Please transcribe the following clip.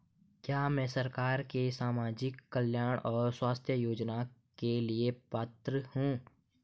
क्या मैं सरकार के सामाजिक कल्याण और स्वास्थ्य योजना के लिए पात्र हूं?